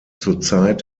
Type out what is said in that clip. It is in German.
zurzeit